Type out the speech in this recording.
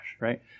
right